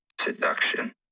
seduction